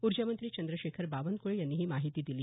उर्जा मंत्री चंद्रशेखर बावनक्ळे यांनी ही माहिती दिली